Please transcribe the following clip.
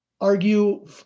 argue